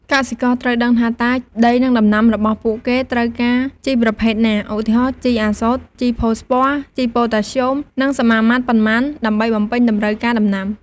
កសិករត្រូវដឹងថាតើដី និងដំណាំរបស់ពួកគេត្រូវការជីប្រភេទណា ឧទាហរណ៍ ជីអាសូត ជីផូស្វ័រ ជីប៉ូតាស្យូម និងសមាមាត្រប៉ុន្មាន ដើម្បីបំពេញតម្រូវការដំណាំ។